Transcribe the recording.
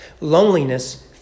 Loneliness